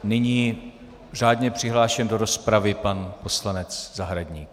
Nyní řádně přihlášen do rozpravy pan poslanec Zahradník.